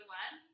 one